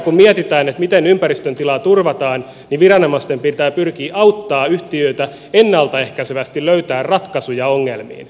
kun mietitään miten ympäristön tila turvataan niin viranomaisten pitää pyrkiä auttamaan yhtiöitä ennalta ehkäisevästi löytämään ratkaisuja ongelmiin